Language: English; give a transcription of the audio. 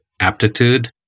aptitude